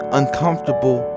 uncomfortable